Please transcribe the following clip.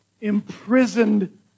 imprisoned